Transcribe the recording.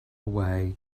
away